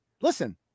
Listen